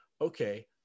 okay